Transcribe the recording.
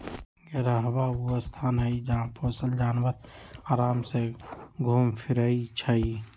घेरहबा ऊ स्थान हई जहा पोशल जानवर अराम से घुम फिरइ छइ